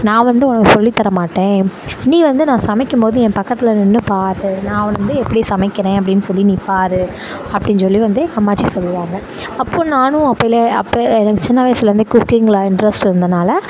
நான் வந்து உனக்கு சொல்லித் தரமாட்டேன் நீ வந்து நான் சமைக்கும்போது ஏ பக்கத்தில் நின்று பார் நான் வந்து எப்படி சமைக்கிறேன் அப்படின்னு சொல்லி நீ பார் அப்படின்னு சொல்லி வந்து அம்மாச்சி சொல்லுவாங்க அப்போது நானும் அப்பேயில அப்போ எனக்கு சின்ன வயசிலேருந்தே குக்கிங்கில் இன்ட்ரெஸ்ட் இருந்தனால்